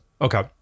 Okay